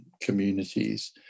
communities